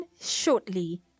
shortly